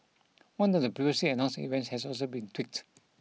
one of the previously announced events has also been tweaked